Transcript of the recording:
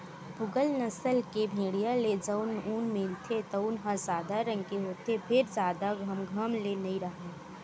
पूगल नसल के भेड़िया ले जउन ऊन मिलथे तउन ह सादा रंग के होथे फेर जादा घमघम ले नइ राहय